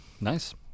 nice